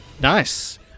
Nice